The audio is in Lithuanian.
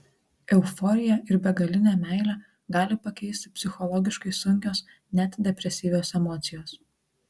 euforiją ir begalinę meilę gali pakeisti psichologiškai sunkios net depresyvios emocijos